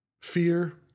Fear